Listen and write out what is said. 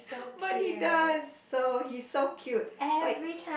but he does so he's so cute like